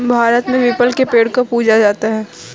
भारत में पीपल के पेड़ को पूजा जाता है